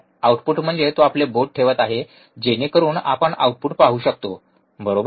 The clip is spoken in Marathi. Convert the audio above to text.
आउटपुट म्हणजे तो आपले बोट ठेवत आहे जेणेकरून आपण आउटपुट पाहू शकतो बरोबर